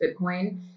Bitcoin